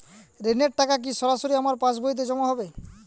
ঋণের টাকা কি সরাসরি আমার পাসবইতে জমা হবে?